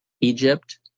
Egypt